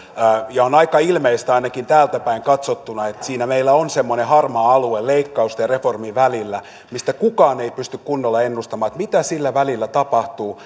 on aika ilmeistä ainakin täältä päin katsottuna että siinä meillä on semmoinen harmaa alue leikkausten ja reformin välillä mistä kukaan ei pysty kunnolla ennustamaan mitä sillä välillä tapahtuu